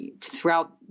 throughout